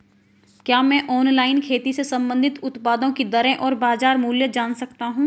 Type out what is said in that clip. क्या मैं ऑनलाइन खेती से संबंधित उत्पादों की दरें और बाज़ार मूल्य जान सकता हूँ?